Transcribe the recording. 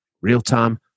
real-time